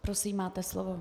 Prosím, máte slovo.